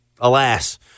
alas